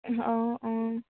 অঁ অঁ